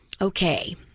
Okay